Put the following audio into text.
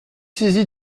saisi